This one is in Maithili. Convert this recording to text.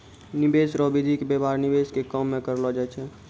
निवेश रो विधि के व्यवहार निवेश के काम मे करलौ जाय छै